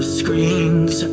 screens